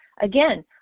Again